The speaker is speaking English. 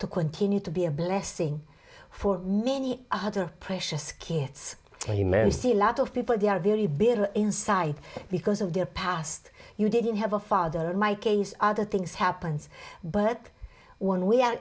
to continue to be a blessing for many other precious kids the men see a lot of people they are very built inside because of their past you didn't have a father my case other things happened but when we